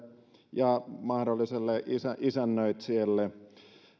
ja mahdolliselle isännöitsijälle